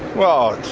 well,